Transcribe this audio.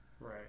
Right